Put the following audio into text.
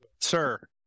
sir